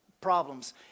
problems